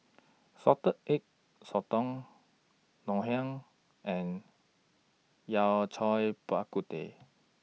Salted Egg Sotong Ngoh Hiang and Yao Cai Bak Kut Teh